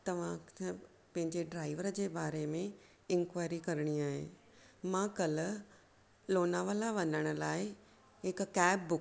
तव्हां पंहिंजे ड्राइवर जे बारे में इंक्वायरी करिणी आहे मां कल्ह लोनावाला वञण लाइ हिकु कैब बुक